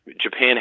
Japan